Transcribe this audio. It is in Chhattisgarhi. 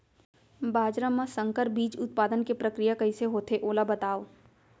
बाजरा मा संकर बीज उत्पादन के प्रक्रिया कइसे होथे ओला बताव?